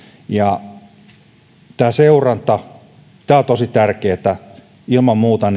ja seuranta on tosi tärkeätä ilman muuta